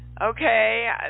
Okay